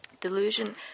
delusion